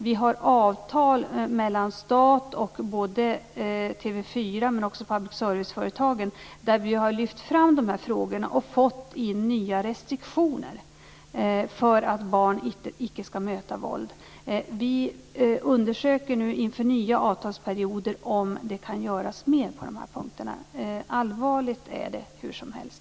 Vi har avtal både mellan stat och TV 4 och mellan stat och public service-företagen. Där har vi lyft fram de här frågorna och fått in nya restriktioner för att barn inte ska möta våld. Vi undersöker nu inför den nya avtalsperioden om det kan göras mer på de här punkterna. Allvarligt är det hur som helst.